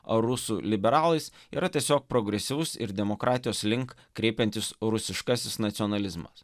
ar rusų liberalais yra tiesiog progresyvus ir demokratijos link kreipiantis rusiškasis nacionalizmas